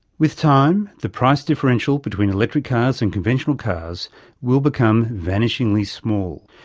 with time, the price differential between electric cars and conventional cars will become vanishingly small.